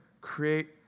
create